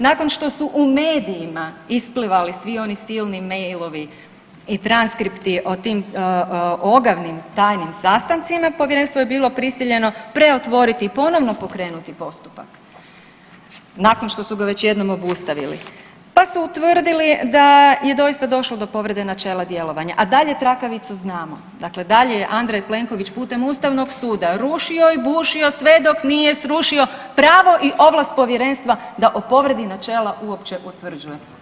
Nakon što su u medijima isplivali svi oni silni mailovi i transkripti o tim ogavnim tajnim sastancima, povjerenstvo je bilo prisiljeno preotvoriti i ponovno pokrenuti postupak nakon što su ga već jednom obustavili, pa su utvrdili da je doista došlo do povrede načela djelovanja, a dalje trakavicu znamo, dakle dalje je Andrej Plenković putem ustavnog suda rušio i bušio sve dok nije srušio pravo i ovlast povjerenstva da o povredi načela uopće utvrđuje.